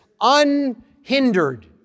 unhindered